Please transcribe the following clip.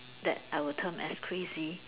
that I would term as crazy